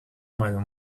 might